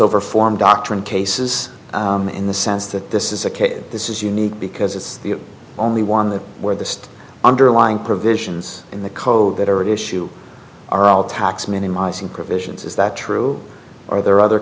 over form doctrine cases in the sense that this is a case this is unique because it's the only one that where the underlying provisions in the code that are at issue are all tax minimising provisions is that true or there are other